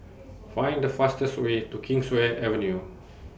Find The fastest Way to Kingswear Avenue